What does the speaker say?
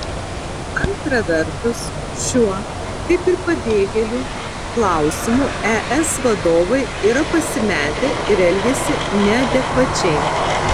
antra vertus šiuo kaip ir pabėgėlių klausimu es vadovai yra pasimetę ir elgiasi neadekvačiai